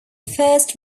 first